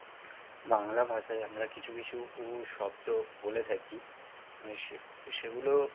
বাংলা ভাষায় আমরা কিছু কিছু উ শব্দ বলে থাকি সে সেগুলো